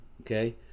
okay